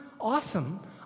awesome